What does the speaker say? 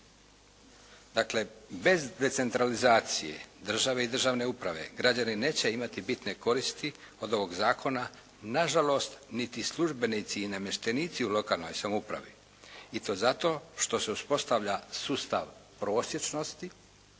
Dakle, bez decentralizacije države i državne uprave građani neće imati bitne koristi od ovog zakona. Na žalost niti službenici i namještenici u lokalnoj samoupravi i to zato što se uspostavlja sustav prosječnosti,